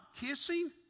kissing